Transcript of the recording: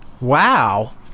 Wow